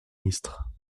ministre